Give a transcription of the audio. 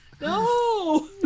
No